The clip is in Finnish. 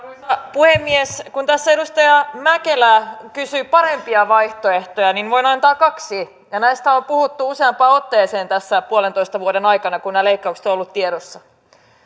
puhemies kun tässä edustaja mäkelä kysyi parempia vaihtoehtoja niin voin antaa kaksi ja näistä on puhuttu useampaan otteeseen tässä puolentoista vuoden aikana kun nämä leikkaukset ovat olleet tiedossa